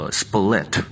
split，